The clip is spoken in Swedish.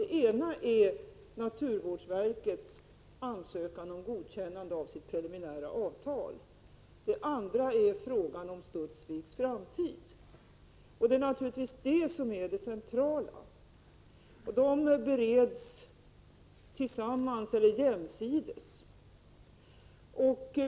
Den ena är naturvårdsverkets ansökan om godkännande av det preliminära avtalet. Den andra är frågan om Studsviks framtid, och det är naturligtvis den som är det centrala. Dessa frågor bereds jämsides.